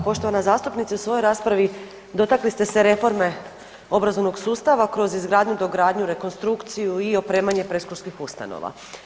Poštovana zastupnice u svojoj raspravi dotakli ste se reforme obrazovnog sustava kroz izgradnju, dogradnju, rekonstrukciju i opremanje predškolskih ustanova.